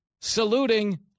saluting